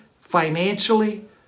financially